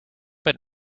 but